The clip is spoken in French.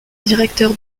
directeur